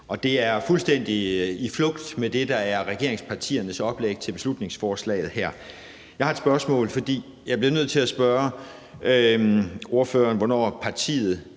og det flugter fuldstændig med det, der er regeringspartiernes oplæg til beslutningsforslaget her. Jeg har et spørgsmål. Jeg bliver nødt til at spørge ordføreren, hvornår Dansk